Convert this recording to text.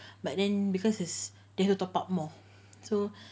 but then because is they have to top up more so